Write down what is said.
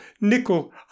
nickel